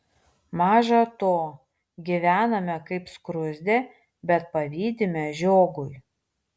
maža to gyvename kaip skruzdė bet pavydime žiogui